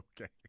Okay